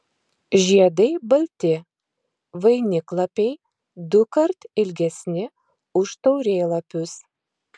žiedai balti vainiklapiai dukart ilgesni už taurėlapius